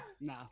No